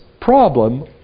problem